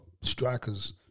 strikers